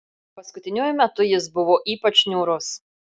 paskutiniuoju metu jis buvo ypač niūrus